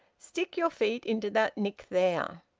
stick your feet into that nick there.